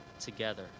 together